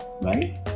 right